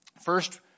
First